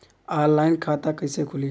Online खाता कइसे खुली?